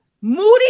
Moody